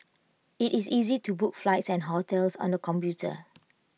IT is easy to book flights and hotels on the computer